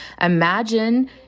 Imagine